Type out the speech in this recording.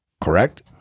Correct